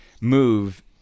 move